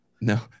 No